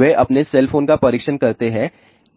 वे अपने cell phone का परीक्षण करते हैं